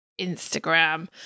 Instagram